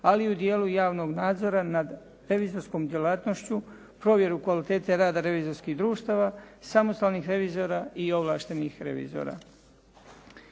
ali i u dijelu javnog nadzora nad revizorskom djelatnošću, provjeru kvalitete rada revizorskih društava, samostalnih revizora i ovlaštenih revizora.